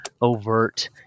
overt